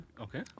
Okay